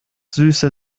süße